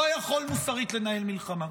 לא יכול מוסרית לנהל מלחמה.